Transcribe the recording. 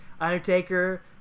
Undertaker